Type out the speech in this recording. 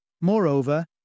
Moreover